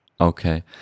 okay